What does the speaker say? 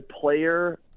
player